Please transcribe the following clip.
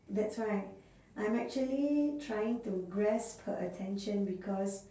that's why I'm actually trying to grasp her attention because